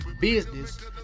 Business